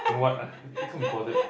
you know what I can't be bothered